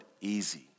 easy